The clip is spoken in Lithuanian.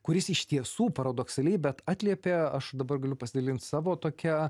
kuris iš tiesų paradoksaliai bet atliepė aš dabar galiu pasidalint savo tokia